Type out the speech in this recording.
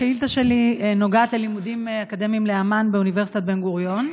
השאילתה שלי נוגעת ללימודים אקדמיים לאמ"ן באוניברסיטת בן-גוריון.